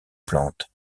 plantes